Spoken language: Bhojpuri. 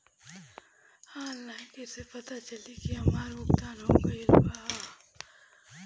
ऑनलाइन कईसे पता चली की हमार भुगतान हो गईल बा?